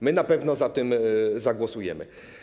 My na pewno za tym zagłosujemy.